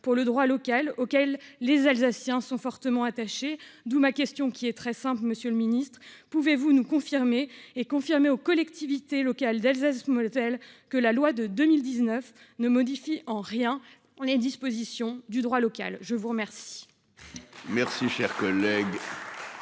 pour le droit local, auquel les Alsaciens sont fortement attachés. Par conséquent, ma question est très simple, monsieur le ministre : pouvez-vous nous confirmer, ainsi qu'aux collectivités locales d'Alsace-Moselle, que la loi de 2019 ne modifie en rien les dispositions du droit local ? La parole